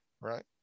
Right